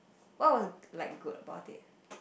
what was like good about it